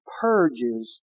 purges